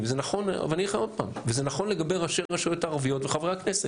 וזה נכון לגבי ראשי הרשויות הערביות וחברי הכנסת,